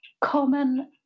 common